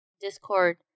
Discord